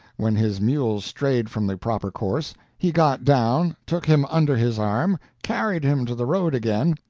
when his mule strayed from the proper course, he got down, took him under his arm, carried him to the road again,